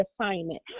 assignment